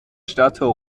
stadttor